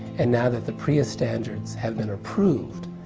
and now that the prea standards have been approved,